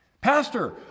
Pastor